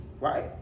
right